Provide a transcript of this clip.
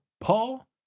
Paul